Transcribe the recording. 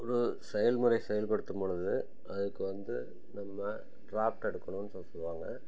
ஒரு செயல்முறை செயல்படுத்தும் பொழுது அதற்கு வந்து நம்ம ட்ராப்ட் எடுக்கணுன்னு சொல்லி சொல்லுவாங்கள்